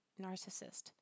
narcissist